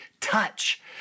touch